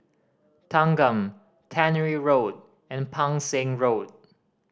Thanggam Tannery Road and Pang Seng Road